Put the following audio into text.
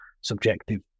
subjective